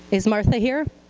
is martha here?